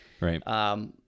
Right